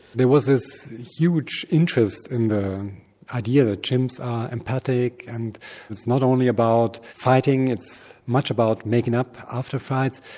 there was this huge interest in the idea that chimps are empathic and it's not only about fighting it's much about making up after fights.